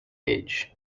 age